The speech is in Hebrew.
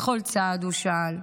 בכל צעד ושעל,